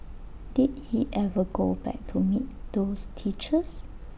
did he ever go back to meet those teachers